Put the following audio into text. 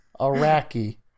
Iraqi